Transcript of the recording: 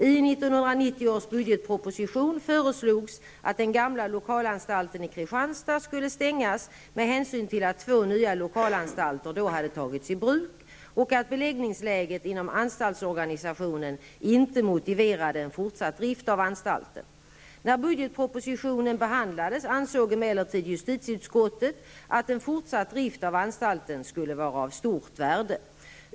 I 1990 års budgetproposition föreslogs att den gamla lokalanstalten i Kristianstad skulle stängas med hänsyn till att två nya lokalanstalter då hade tagits i bruk och att beläggningsläget inom anstaltsorganisationen inte motiverade en fortsatt drift av anstalten. När budgetpropositionen behandlades ansåg emellertid justitieutskottet att en fortsatt drift av anstalten skulle vara av stort värde.